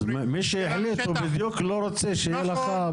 אז מי שהחליט הוא בדיוק לא רוצה שיהיה לך.